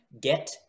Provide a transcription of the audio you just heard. get